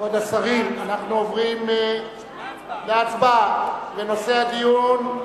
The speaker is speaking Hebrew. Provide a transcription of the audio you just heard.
כבוד השרים, אנחנו עוברים להצבעה על נושא הדיון,